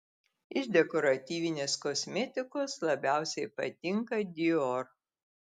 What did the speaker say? iš dekoratyvinės kosmetikos labiausiai patinka dior